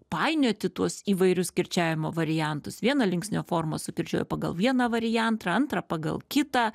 painioti tuos įvairius kirčiavimo variantus vieną linksnio formą sukirčiuoj pagal vieną variantrą antrą pagal kitą